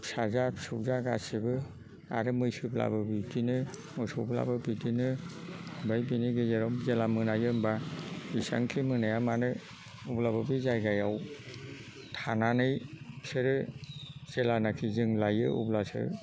फिसा जा फिसौ जा गासिबो आरो मैसोब्लाबो बिदिनो मोसौब्लाबो बिदिनो ओमफ्राय बिनि गेजेराव जेला मोनायो होमबा बिसिबांखि मोनाया मानो अब्लाबो बे जायगायाव थानानै बिसोरो जेब्लानाखि जों लायो अब्लासो